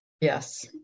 Yes